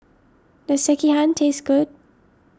does Sekihan taste good